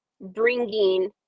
Bringing